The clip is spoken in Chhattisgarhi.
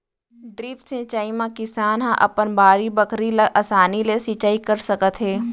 ड्रिप सिंचई म किसान ह अपन बाड़ी बखरी ल असानी ले सिंचई कर सकत हे